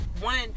one